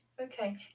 Okay